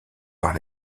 par